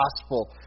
gospel